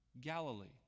Galilee